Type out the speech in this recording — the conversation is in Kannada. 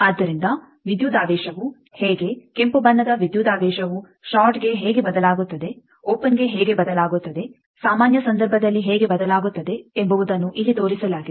ಆದ್ದರಿಂದ ವಿದ್ಯುದಾವೇಶವು ಹೇಗೆ ಕೆಂಪು ಬಣ್ಣದ ವಿದ್ಯುದಾವೇಶವು ಷಾರ್ಟ್ಗೆ ಹೇಗೆ ಬದಲಾಗುತ್ತದೆ ಓಪೆನ್ಗೆ ಹೇಗೆ ಬದಲಾಗುತ್ತದೆ ಸಾಮಾನ್ಯ ಸಂದರ್ಭದಲ್ಲಿ ಹೇಗೆ ಬದಲಾಗುತ್ತದೆ ಎಂಬುವುದನ್ನು ಇಲ್ಲಿ ತೋರಿಸಲಾಗಿದೆ